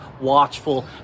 watchful